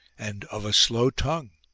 and of a slow tongue,